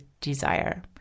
desire